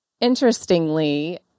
interestingly